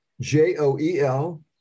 J-O-E-L